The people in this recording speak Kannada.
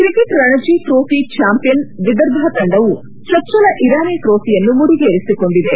cricket Ranji trophy champion Vidarbha ತಂಡವು ಚೊಚ್ಚಲ ಇರಾನಿ ಟ್ರೋಫಿಯನ್ನು ಮುಡಿಗೇರಿಸಿಕೊಂಡಿದೆ